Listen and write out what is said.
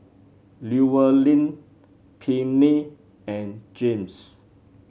Llewellyn Pinkney and James